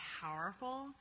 powerful